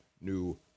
new